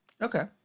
Okay